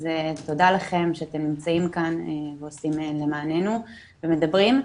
אז תודה לכם שאתם נמצאים כאן ועושים למעננו ומדברים.